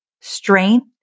strength